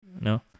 No